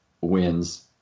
wins